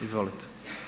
Izvolite.